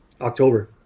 October